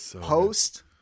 Post